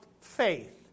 faith